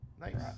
Nice